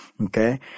Okay